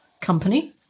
company